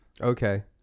Okay